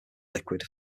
liquid